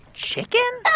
chicken?